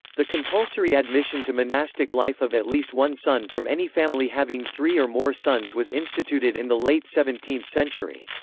the compulsory admission to monastic life of at least one son from any family having three or more sons was instituted in the late seventeenth century.